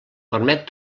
permet